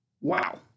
Wow